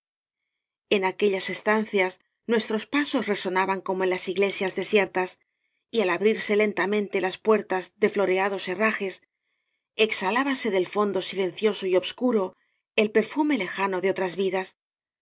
en aquellas estancias nuestros pasos resonaban como en las iglesias desiertas y al abrirse lentamente las puertas de floreados herrajes exhalábase del fondo silencioso y obscuro el perfume lejano de sonata de otoño otras vidas